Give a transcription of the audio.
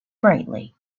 brightly